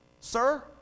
Sir